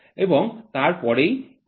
এবং তারপরেই এগুলি একত্রিত করা হয়